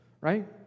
right